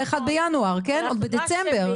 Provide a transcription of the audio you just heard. היינו צריכים לעשות את זה כבר ב-1 בינואר או עוד בדצמבר.